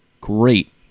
great